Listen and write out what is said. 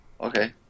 Okay